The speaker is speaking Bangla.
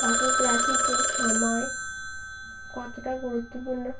ফটোগ্রাফিতে সময় কতটা গুরুত্বপূর্ণ